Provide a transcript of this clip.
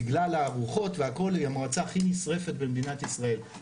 בגלל הרוחות והכל זו המועצה הכי נשרפת במדינת ישראל.